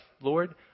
Lord